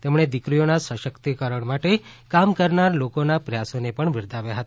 તેમણે દીકરીઓના સશક્તિકરણ માટે કામ કરનાર લોકોના પ્રયાસોને પણ બિરદાવ્યા હતા